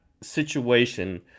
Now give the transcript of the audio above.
situation